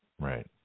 Right